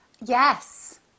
Yes